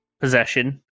possession